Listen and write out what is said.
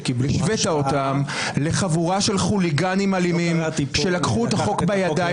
השווית אותם לחבורה של חוליגנים אלימים שלקחו את החוק בידיים.